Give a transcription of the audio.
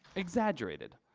exaggerated.